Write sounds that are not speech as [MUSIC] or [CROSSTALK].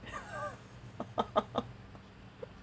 [LAUGHS]